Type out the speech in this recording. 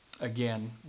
again